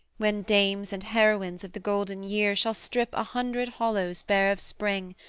when dames and heroines of the golden year shall strip a hundred hollows bare of spring,